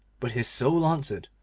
but his soul answered,